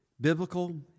Biblical